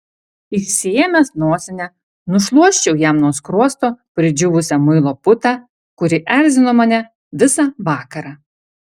išsiėmęs nosinę nušluosčiau jam nuo skruosto pridžiūvusią muilo putą kuri erzino mane visą vakarą